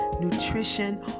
nutrition